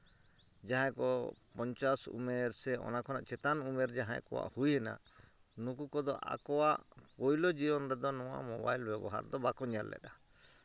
ᱡᱟᱦᱟᱸᱭ ᱠᱚ ᱯᱚᱧᱪᱟᱥ ᱩᱢᱮᱨ ᱥᱮ ᱚᱱᱟ ᱠᱷᱚᱱᱟᱜ ᱪᱮᱛᱟᱱ ᱩᱢᱮᱨ ᱡᱟᱦᱟᱸᱭ ᱠᱚᱣᱟᱜ ᱦᱩᱭᱮᱱᱟ ᱱᱩᱠᱩ ᱠᱚᱫᱚ ᱟᱠᱚᱣᱟᱜ ᱯᱳᱭᱞᱳ ᱡᱤᱭᱚᱱ ᱨᱮᱫᱚ ᱱᱚᱣᱟ ᱠᱚ ᱢᱳᱵᱟᱭᱤᱞ ᱵᱮᱵᱚᱦᱟᱨ ᱫᱚ ᱵᱟᱠᱚ ᱧᱮᱞ ᱞᱮᱫᱼᱟ